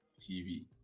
TV